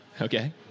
Okay